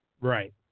right